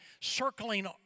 circling